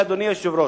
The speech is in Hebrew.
אדוני היושב-ראש,